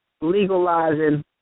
legalizing